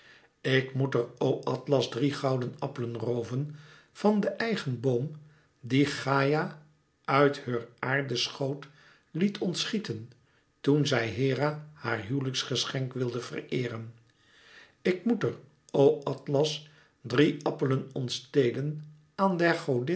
ik moet er o atlas drie gouden appelen rooven van den eigen boom dien gaïa uit heur aardeschoot liet ontschieten toen zij hera haar huwelijksgeschenk wilde vereeren ik moet er o atlas drie appelen ontstelen aan